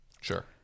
Sure